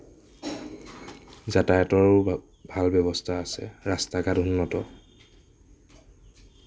যাতায়তৰো ভা ভাল ব্যৱস্থা আছে ৰাস্তা ঘাট উন্নত